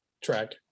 track